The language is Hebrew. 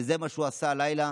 וזה מה שהוא עשה הלילה,